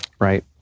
right